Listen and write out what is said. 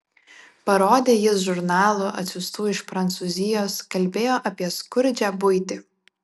parodė jis žurnalų atsiųstų iš prancūzijos kalbėjo apie skurdžią buitį